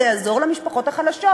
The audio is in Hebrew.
זה יעזור למשפחות החלשות.